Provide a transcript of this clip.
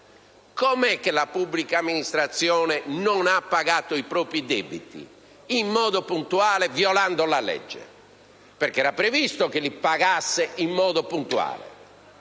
Perché la pubblica amministrazione non ha pagato i propri debiti in modo puntuale, violando la legge? Era previsto che li pagasse in modo puntuale.